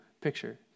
picture